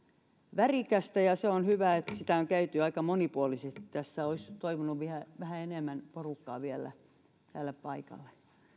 värikästä ja on hyvä että sitä on käyty aika monipuolisesti tässä olisi toivonut vielä vähän enemmän porukkaa tänne paikalle